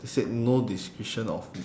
they said no discretion of